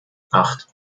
acht